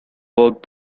work